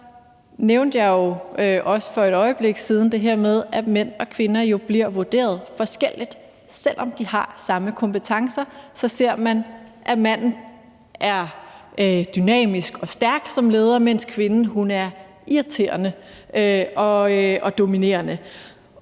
så nævnte jeg også for et øjeblik siden det her med, at mænd og kvinder bliver vurderet forskelligt. Selv om de har samme kompetencer, ser man, at manden er dynamisk og stærk som leder, mens kvinden er irriterende og dominerende.